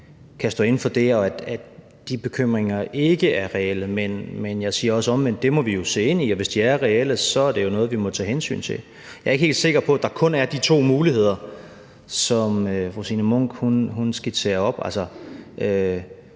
kan stå inde for det, og at de bekymringer ikke er reelle. Men jeg siger også omvendt, at det må vi jo se ind i, og hvis de er reelle, er det noget, vi må tage hensyn til. Jeg er ikke helt sikker på, at der kun er de to muligheder, som fru Signe Munk skitserer.